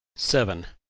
seven.